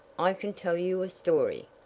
i can tell you a story.